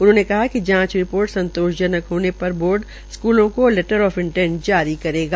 उन्होंने कहा कि जांच रिपोर्ट संतोषजनक होने पर बोर्ड स्थलों को लैटर आफ इनटेंट जारी करेगा